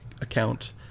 account